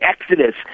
exodus